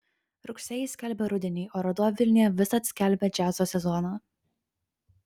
rugsėjis skelbia rudenį o ruduo vilniuje visad skelbia džiazo sezoną